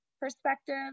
perspective